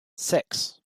six